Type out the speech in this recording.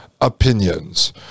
opinions